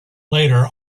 later